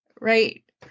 right